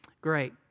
Great